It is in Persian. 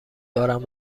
بارم